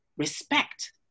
Respect